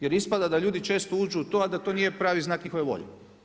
Jer ispada da ljudi često uđu u to a da to nije pravi znak njihove volje.